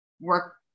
work